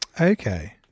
Okay